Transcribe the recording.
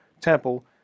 Temple